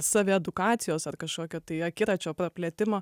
saviedukacijos ar kažkokio tai akiračio praplėtimo